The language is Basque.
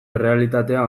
errealitatea